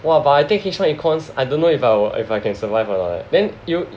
!wah! but I think H one econs I dunno if I will I can survive or not leh then you